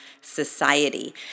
society